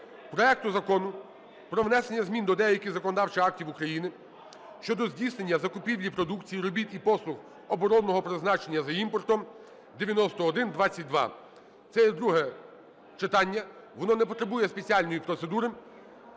проекту Закону про внесення змін до деяких законодавчих актів України щодо здійснення закупівлі продукції, робіт і послуг оборонного призначення за імпортом (9122). Це є друге читання. Воно не потребує спеціальної процедури